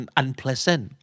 unpleasant